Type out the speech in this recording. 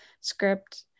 script